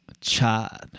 Chad